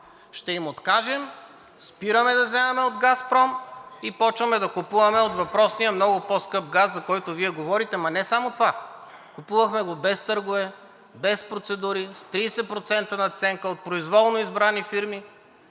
Ще им откажем, спираме да вземаме от „Газпром“ и започваме да купуваме от въпросния много по-скъп газ, за който Вие говорите, ама не само това. Купувахме го без търгове, без процедури, с 30% надценка от произволно избрани фирми